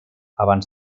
abans